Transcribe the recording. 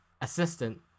assistant